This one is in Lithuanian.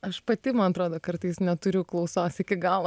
aš pati man atrodo kartais neturiu klausos iki galo